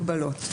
במגבלות.